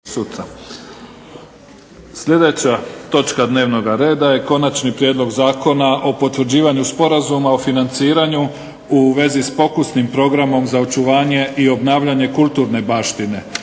Dajem na glasovanje Konačni prijedlog Zakona o potvrđivanju Sporazuma o financiranju u vezi s pokusnim programom za očuvanje i obnavljanje kulturne baštine